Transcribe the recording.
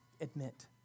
admit